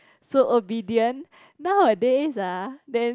so obedient nowadays ah then